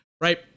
right